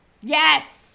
Yes